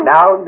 Now